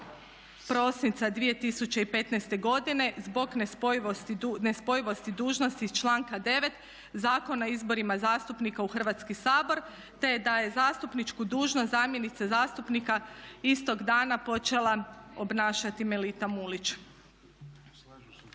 prosinca 2015. godine zbog nespojivosti dužnosti iz članka 9. Zakona o izborima zastupnika u Hrvatski sabor, te da je zastupničku dužnost zamjenice zastupnika istog dana počela obnašati Melita Mulić.